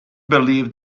believed